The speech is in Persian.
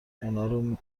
اونارو